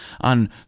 on